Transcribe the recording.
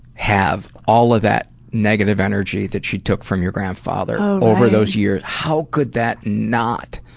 have all of that negative energy that she took from your grandfather over those years? how could that not